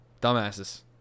dumbasses